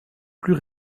plus